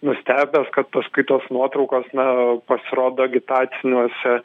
nustebęs kad paskui tos nuotraukos na pasirodo agitaciniuose